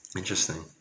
interesting